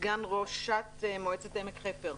סגן ראשת מועצת עמק חפר.